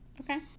Okay